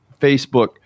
Facebook